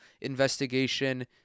investigation